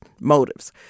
motives